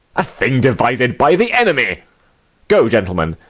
a thing devised by the enemy go, gentlemen,